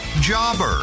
jobber